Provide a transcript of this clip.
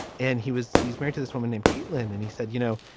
and he was he's married to this woman named caitlin. and he said, you know,